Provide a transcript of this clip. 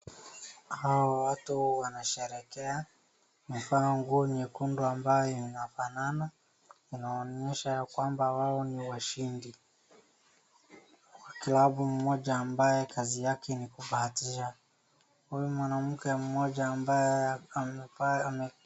Hawa watu wanasherehekea, wamevaa nguo nyekundu ambayo inafanana, inaonyesha ya kwamba wao ni washindi. Klabu ambaye kazi yake ni kubahatisha. Huyu mwanamke mmoja ambaye amevaa ame...